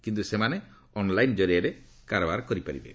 କିନ୍ତୁ ସେମାନେ ଅନ୍ଲାଇନ୍ ଜରିଆରେ କାରବାର କରିପାରିବେ